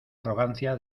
arrogancia